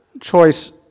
choice